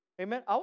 Amen